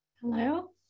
Hello